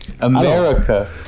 America